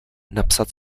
napsat